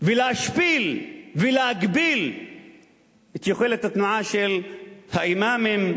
ולהשפיל ולהגביל את יכולת התנועה של האימאמים,